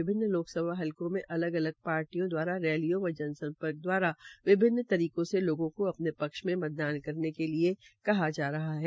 विभिन्न लोकसभा हलकों में अलग अलग पार्टियों दवारा रैलियों व जन सम्पर्क दवारा विभिन्न तरीकों से लोगों को अपने पक्ष में मतदान करने के लिये कहा जा रहा है